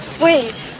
Wait